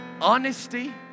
Honesty